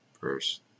first